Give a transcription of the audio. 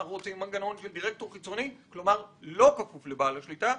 אנחנו רוצים מנגנון של דירקטור חיצוני שלא כפוף לבעל השליטה.